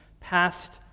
past